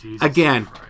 again